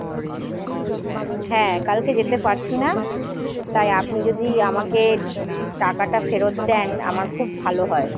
হ্যাঁ কালকে যেতে পারছি না তাই আপনি যদি আমাকে টাকাটা ফেরত দেন আমার খুব ভালো হয়